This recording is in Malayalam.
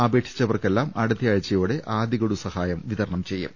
അപേക്ഷിച്ചവർക്കെല്ലാം അടുത്തയാഴ്ച യോടെ ആദ്യഗഡു സഹായം വിതരണം ചെയ്യും